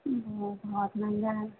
बहुत बहुत महंगा है